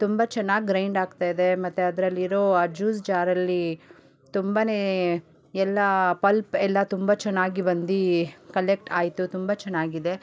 ತುಂಬ ಚೆನ್ನಾಗ್ ಗ್ರೈಂಡ್ ಆಗ್ತಾಯಿದೆ ಮತ್ತು ಅದರಲ್ಲಿರೋ ಆ ಜ್ಯೂಸ್ ಜಾರಲ್ಲಿ ತುಂಬ ಎಲ್ಲ ಪಲ್ಪ್ ಎಲ್ಲ ತುಂಬ ಚೆನ್ನಾಗಿ ಬಂದು ಕಲೆಕ್ಟ್ ಆಯಿತು ತುಂಬ ಚೆನ್ನಾಗಿದೆ